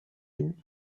ils